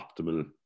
optimal